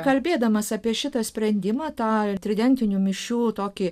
kalbėdamas apie šitą sprendimą tą tridentinių mišių tokį